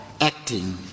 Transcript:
acting